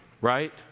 right